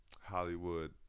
Hollywood